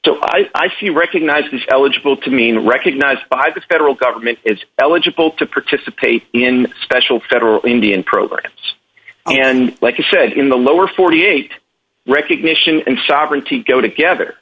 so i see recognizes eligible to mean recognized by the federal government is eligible to participate in special federal indian programs and what he said in the lower forty eight recognition and sovereignty go together